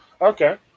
Okay